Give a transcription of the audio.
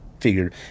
figured